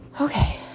Okay